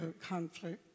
conflict